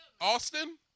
Austin